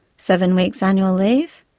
seven weeks annual leave.